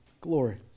glory